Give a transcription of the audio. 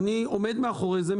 ואני עומד מאחורי זה,